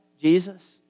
Jesus